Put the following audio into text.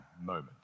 moment